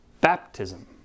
baptism